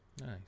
Nice